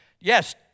Yes